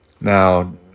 Now